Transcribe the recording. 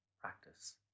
practice